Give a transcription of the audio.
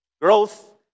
Growth